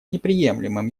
неприемлемым